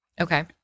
Okay